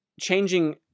changing